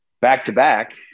back-to-back